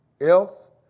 else